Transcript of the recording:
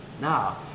Now